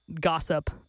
gossip